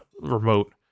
remote